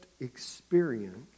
experience